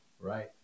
Right